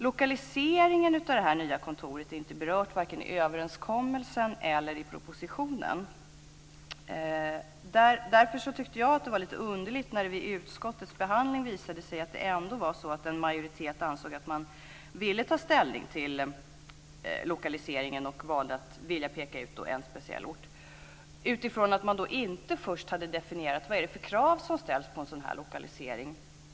Lokaliseringen av det nya kontoret berörs varken i överenskommelsen eller i propositionen. Därför tyckte jag att det var lite underligt när det i utskottets behandling visade sig att en majoritet ändå ansåg att man ville ta ställning till lokaliseringen och valde att vilja peka ut en speciell ort, eftersom man inte först hade definierat vad det är för krav som ställs på en sådan här lokalisering.